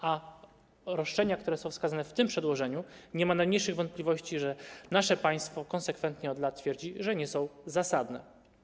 A roszczenia, które są wskazane w tym przedłożeniu, nie ma najmniejszych wątpliwości, nasze państwo konsekwentnie od lat tak twierdzi, nie są zasadne.